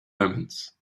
omens